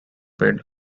paid